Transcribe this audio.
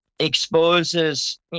exposes